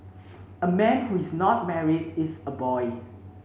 a man who is not married is a boy